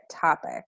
topic